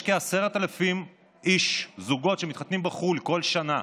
יש כ-10,000 איש, זוגות, שמתחתנים בחו"ל כל שנה,